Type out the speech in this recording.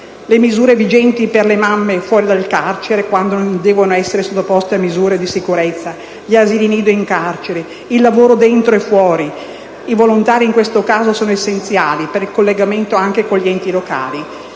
le misure vigenti per le mamme fuori dal carcere quando non devono essere sottoposte a misure di sicurezza; gli asili nido in carcere; il lavoro interno ed esterno. I volontari, in questo caso, sono essenziali, anche per il collegamento con gli enti locali.